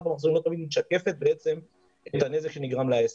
במחזורים לא תמיד משקפת את הנזק שנגרם לעסק.